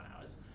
hours